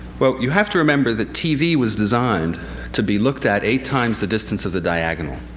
well, you have to remember that tv was designed to be looked at eight times the distance of the diagonal.